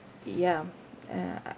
yeah um uh uh